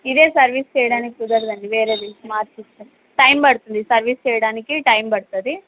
ఇదే సర్వీస్ చేయడానికి కుదరడు అండి వేరేది మార్చిస్తాం టైం పడుతుంది సర్వీస్ చేయడానికి టైం పడుతుంది